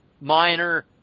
minor